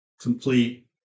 complete